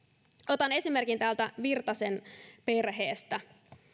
otan täältä esimerkin virtasen perheestä